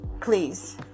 please